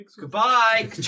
Goodbye